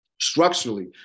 structurally